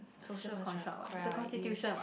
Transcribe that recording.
if